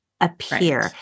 appear